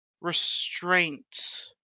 Restraint